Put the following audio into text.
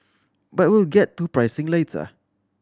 but we'll get to pricing later